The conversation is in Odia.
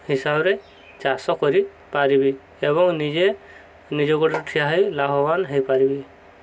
ହିସାବରେ ଚାଷ କରିପାରିବି ଏବଂ ନିଜେ ନିଜ ଗୋଡ଼ରେ ଠିଆ ହେଇ ଲାଭବାନ ହୋଇପାରିବି